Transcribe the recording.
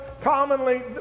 commonly